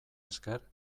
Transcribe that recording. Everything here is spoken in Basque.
esker